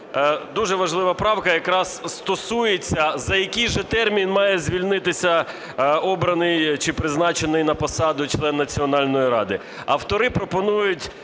дуже важлива правка, якраз стосується, за який же термін має звільнитися обраний чи призначений на посаду член Національної ради. Автори пропонують